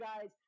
guys